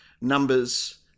numbers